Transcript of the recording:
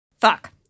Fuck